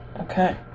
Okay